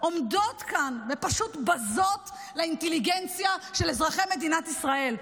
עומדות כאן ופשוט בזות לאינטליגנציה של אזרחי מדינת ישראל.